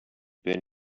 been